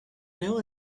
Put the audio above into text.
know